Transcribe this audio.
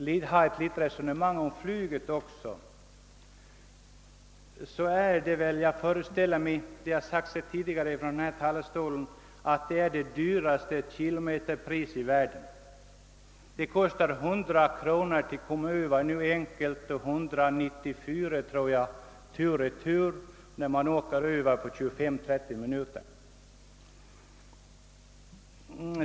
Om jag får säga något om flyget också, så föreställer jag mig — vilket jag också har framhållit tidigare från denna talarstol — att man i gotlandsflyget tillämpar det dyraste flygkilometerpriset i världen. Det kostar 100 kronor att flyga enkel resa — som går på 25—30 minuter — och 194 kronor tur och retur.